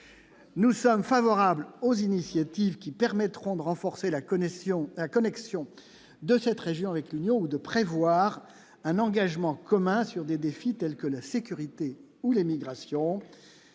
nous sommes favorables. Aux initiatives qui permettront de renforcer la connaissions la connexion de cette région avec l'Union ou de prévoir un engagement commun sur des défis tels que la sécurité ou l'émigration